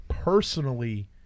Personally